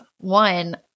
One